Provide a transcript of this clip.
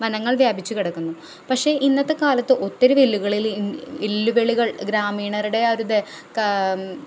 വനങ്ങൾ വ്യാപിച്ച് കിടക്കുന്നു പക്ഷേ ഇന്നത്തെ കാലത്ത് ഒത്തിരി മില്ലുകളിൽ ഗ്രാമീണരുടെ ആ ഒര്